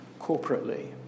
corporately